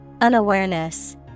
Unawareness